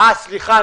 אה, סליחה.